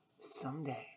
Someday